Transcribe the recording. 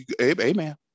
Amen